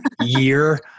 year